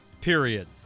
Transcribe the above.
period